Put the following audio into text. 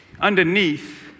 underneath